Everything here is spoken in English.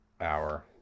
hour